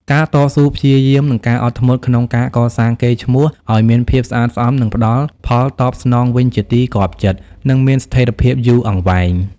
ការតស៊ូព្យាយាម និងការអត់ធ្មត់ក្នុងការកសាងកេរ្តិ៍ឈ្មោះឱ្យមានភាពស្អាតស្អំ នឹងផ្ដល់ផលតបស្នងវិញជាទីគាប់ចិត្ត និងមានស្ថិរភាពយូរអង្វែង។